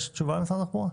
יש תשובה למשרד התחבורה?